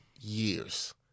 years